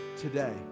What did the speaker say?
Today